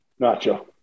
Nacho